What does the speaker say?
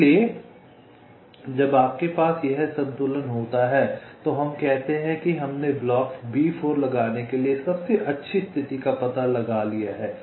इसलिए जब आपके पास यह संतुलन होता है तो हम कहते हैं कि हमने ब्लॉक B4 लगाने के लिए सबसे अच्छी स्थिति का पता लगा लिया है